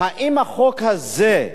האם החוק הזה,